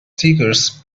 seekers